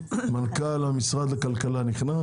מנכ"ל משרד הכלכלה נכנס.